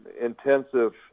intensive